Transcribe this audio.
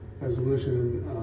resolution